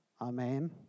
Amen